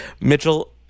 Mitchell